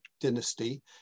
dynasty